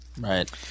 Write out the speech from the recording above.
Right